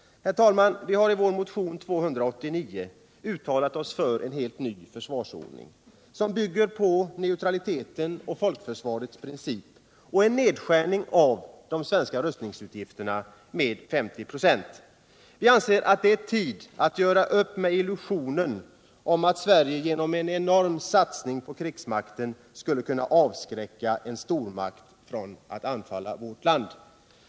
Herr talman! Vi har i vår motion 289 uttalat oss för en helt ny försvarsordning, som bygger på neutralitetens och folkförsvarets principer och på en nedskärning av de svenska rustningsutgifterna med 50 96. Vi anser att det är tid att göra upp med illusionen att Sverige genom en enorm satsning på krigsmakten skulle kunna avskräcka en stormakt från att anfalla vårt land.